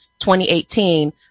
2018